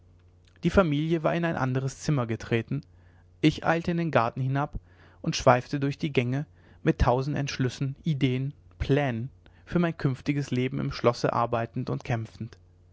die familie war in ein anderes zimmer getreten ich eilte in den garten hinab und schweifte durch die gänge mit tausend entschlüssen ideen plänen für mein künftiges leben im schlosse arbeitend und kämpfend